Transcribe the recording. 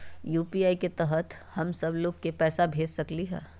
UPI के तहद हम सब लोग को पैसा भेज सकली ह?